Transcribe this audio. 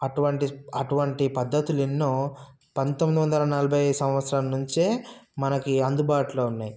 అటువంటి అటువంటి పద్దతులు ఎన్నో పంతొమ్మిది వందల నలభై సంవత్సరం నుంచే మనకి అందుబాటులో ఉన్నాయి